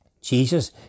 Jesus